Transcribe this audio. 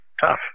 tough